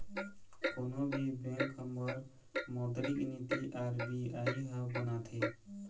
कोनो भी बेंक बर मोद्रिक नीति आर.बी.आई ह बनाथे